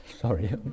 sorry